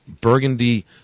burgundy